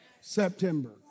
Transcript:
September